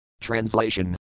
Translation